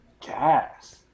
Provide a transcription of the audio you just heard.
gas